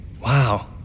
Wow